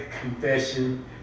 confession